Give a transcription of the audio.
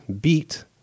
beat